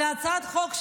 על הצעת חוק שלי,